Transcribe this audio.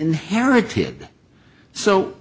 in heritage so